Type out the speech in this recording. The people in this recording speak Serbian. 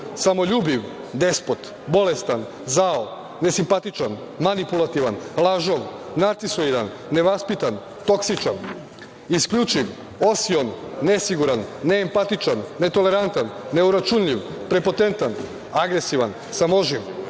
samoljubiv, despot, bolestan, zao, nesimpatičan, manipulativan, lažov, narcisoidan, nevaspitan, toksičan, isključiv, osion, nesiguran, neempatičan, netolerantan, neuračunljiv, prepotentan, agresivan, samoživ,